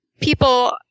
people